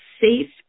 safe